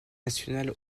nationale